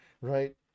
Right